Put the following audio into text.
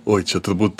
oi čia turbūt